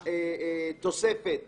עם התוספת